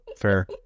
fair